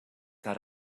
that